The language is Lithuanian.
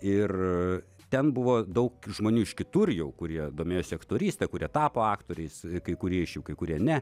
ir ten buvo daug žmonių iš kitur jau kurie domėjosi aktoryste kurie tapo aktoriais kai kurie iš jų kai kurie ne